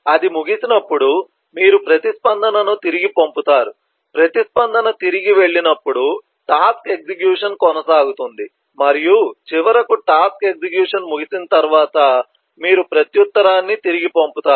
అది ముగిసినప్పుడు మీరు ప్రతిస్పందనను తిరిగి పంపుతారు ప్రతిస్పందన తిరిగి వెళ్ళినప్పుడు టాస్క్ ఎగ్జిక్యూషన్ కొనసాగుతుంది మరియు చివరకు టాస్క్ ఎగ్జిక్యూషన్ ముగిసిన తర్వాత మీరు ప్రత్యుత్తరాన్ని తిరిగి పంపుతారు